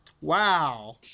Wow